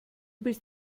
bist